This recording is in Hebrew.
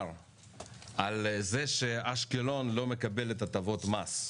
על זה שאשקלון לא מקבלת הטבות מס.